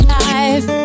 life